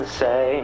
say